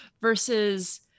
versus